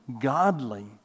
godly